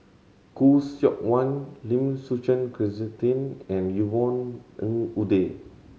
Khoo Seok Wan Lim Suchen Christine and Yvonne Ng Uhde